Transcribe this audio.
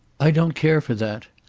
i don't care for that.